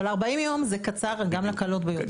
אבל 40 יום זה קצר גם לקלות ביותר.